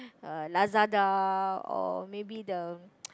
uh Lazada or maybe the